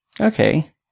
Okay